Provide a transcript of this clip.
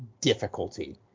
difficulty